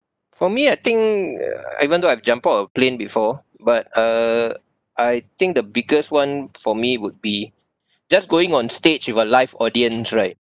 for me I think uh even though I've jumped out of plane before but uh I think the biggest one for me would be just going on stage with a live audience right